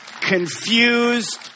confused